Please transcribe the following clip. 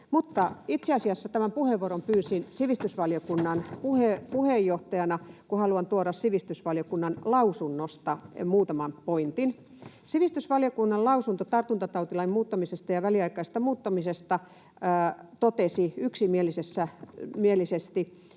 itse asiassa tämän puheenvuoron pyysin sivistysvaliokunnan puheenjohtajana, kun haluan tuoda sivistysvaliokunnan lausunnosta muutaman pointin. Sivistysvaliokunnan lausunto tartuntatautilain muuttamisesta ja väliaikaisesta muuttamisesta totesi yksimielisesti,